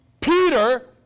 Peter